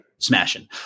Smashing